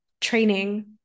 training